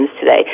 today